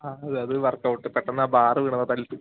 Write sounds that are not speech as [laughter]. ആ അത് അത് വർക്കൗട്ട് പെട്ടെന്ന് ആ ബാറ് വീണതാണ് [unintelligible]